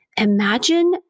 Imagine